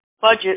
budget